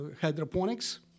hydroponics